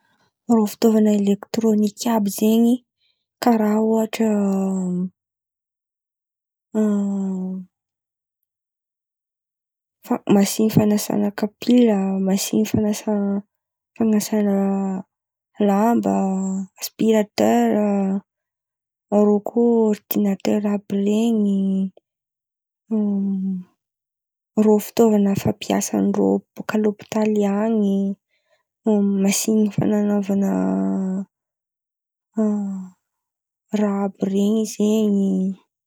Rô fitaovana eletronika àby zen̈y karà ôhatra masiny fanasana kapila, masiny fanasàna lamba, asipiratera, rô koa ôridinatera àby ren̈y rô fitaovan̈a fampiasa ndrô bôka lôpitaly an̈y masiny fananaovana raha àby ren̈y zen̈y.